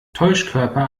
täuschkörper